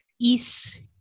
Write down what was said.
East